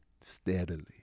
Steadily